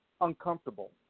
uncomfortable